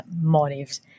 motives